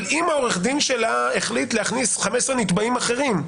אבל אם עורך הדין שלה החליט להכניס 15 נתבעים אחרים,